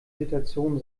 situation